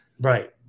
Right